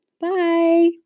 Bye